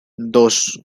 dos